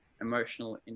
emotional